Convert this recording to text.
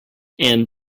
and